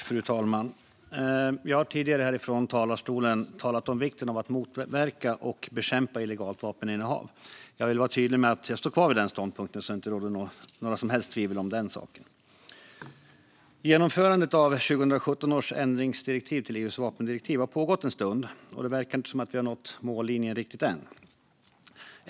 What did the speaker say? Fru talman! Jag har tidigare härifrån talarstolen talat om vikten av att motverka och bekämpa illegalt vapeninnehav. Jag vill vara tydlig med att jag står kvar vid den ståndpunkten, så att det inte råder några som helst tvivel om den saken. Genomförandet av 2017 års ändringsdirektiv till EU:s vapendirektiv har pågått ett tag, och det verkar inte som att vi har nått mållinjen riktigt än.